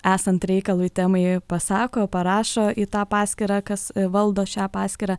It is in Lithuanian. esant reikalui temai pasako parašo į tą paskyrą kas valdo šią paskyrą